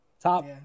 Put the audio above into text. top